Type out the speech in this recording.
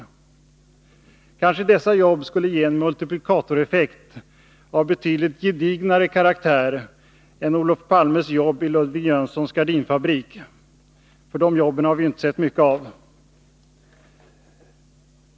Kanske dessa jobb skulle ge en multiplikatoreffekt av betydligt gedignare karaktär än Olof Palmes jobb i Ludwig Svenssons gardinfabrik; de jobben har vi ju inte sett mycket av.